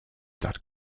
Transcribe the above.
dot